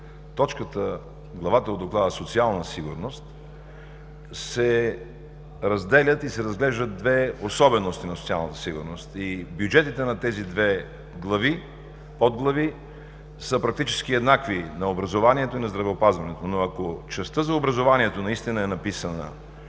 точката, главата от Доклада – „Социална сигурност“, се разделят и се разглеждат две особености на социалната сигурност, и бюджетите на тези две глави, подглави, са практически еднакви – на образованието и на здравеопазването, но ако частта за образованието наистина е написана